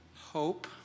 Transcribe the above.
hope